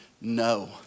no